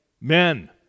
men